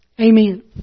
Amen